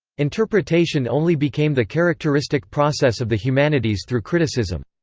interpretation only became the characteristic process of the humanities through criticism.